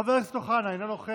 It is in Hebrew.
חבר הכנסת אוחנה, אינו נוכח,